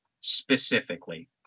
specifically